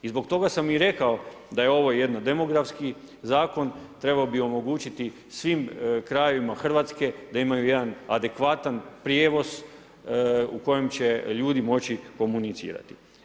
I zbog toga sam i rekao da je ovo jedan demografski zakon trebao bi omogućiti svim krajevima Hrvatske da imaju jedan adekvatan prijevoz u kojem će ljudi moći komunicirati.